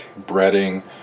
breading